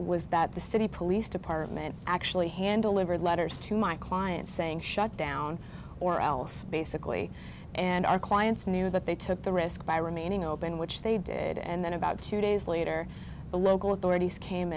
was that the city police department actually handle livered letters to my clients saying shut down or else basically and our clients knew that they took the risk by remaining open which they did and then about two days later the local authorities came